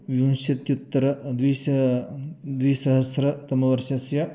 विंशत्युत्तरद्विसहस्रं द्विसहस्रतमवर्षस्य